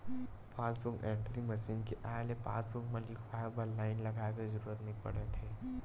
passbook entry machine के आए ले पासबूक म लिखवाए बर लाईन लगाए के जरूरत नइ परत हे